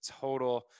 total